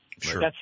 Sure